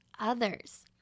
others